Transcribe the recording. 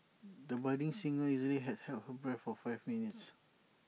the budding singer easily held her her breath for five minutes